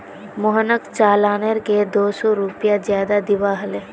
मोहनक चालानेर के दो सौ रुपए ज्यादा दिबा हले